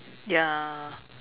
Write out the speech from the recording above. ya